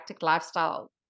lifestyle